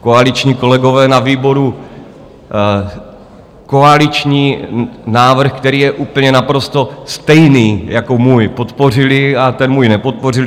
koaliční kolegové na výboru koaliční návrh, který je úplně naprosto stejný jako můj, podpořili a ten můj nepodpořili.